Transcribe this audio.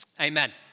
Amen